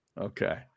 Okay